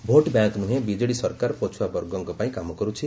vote bank ନୁହେଁ BJD ସରକାର ପଛୁଆ ବର୍ଗଙ୍କ ପାଇଁ କାମ କରୁଛି